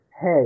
hey